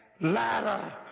ladder